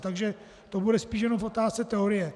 Takže to bude spíše jen v otázce teorie.